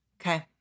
Okay